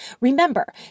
Remember